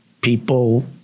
people